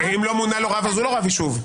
אם לא מונה לו רב אז הוא לא רב יישוב.